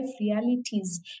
realities